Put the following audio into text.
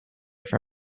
for